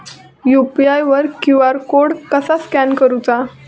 UPI वर QR code कसा scan करूचा?